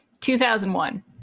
2001